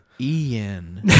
ian